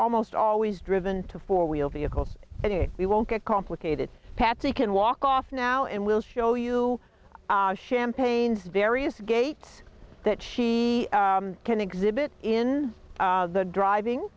almost always driven to four wheeled vehicles and we won't get complicated patsy can walk off now and we'll show you champagne various gaits that she can exhibit in the driving